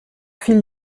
fil